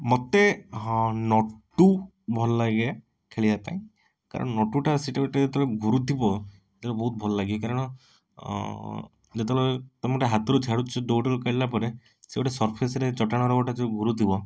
ମୋତେ ହଁ ନଟୁ ଭଲ ଲାଗେ ଖେଳିବା ପାଇଁ କାରଣ ନଟୁଟା ସେଇଟା ଯେତେବେଳେ ଘୁରୁଥିବ ସେତେବେଳେ ବହୁତ ଭଲ ଲାଗେ କାରଣ ଯେତେବେଳେ ତୁମେ ଗୋଟେ ହାତରେ ଛାଡ଼ୁଛ ଦୌଡ଼ିରୁ କାଢ଼ିଲା ପରେ ସିଏ ଗୋଟେ ସରଫେସ୍ରେ ଚଟାଣରେ ଗୋଟେ ଯେଉଁ ଘୁରୁଥିବ